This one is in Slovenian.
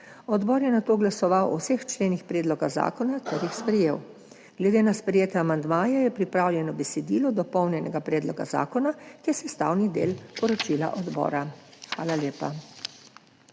Odbor je nato glasoval o vseh členih predloga zakona ter jih sprejel. Glede na sprejete amandmaje je pripravljeno besedilo dopolnjenega predloga zakona, ki je sestavni del poročila odbora. Hvala lepa.